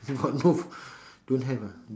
got no don't have ah